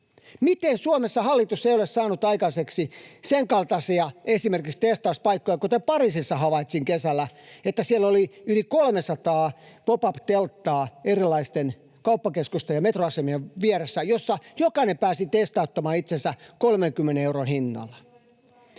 Miten Suomessa hallitus ei ole saanut aikaiseksi esimerkiksi senkaltaisia testauspaikkoja kuin Pariisissa havaitsin kesällä? Siellä oli erilaisten kauppakeskusten ja metroasemien vieressä yli 300 pop-up-telttaa, joissa jokainen pääsi testauttamaan itsensä 30 euron hinnalla.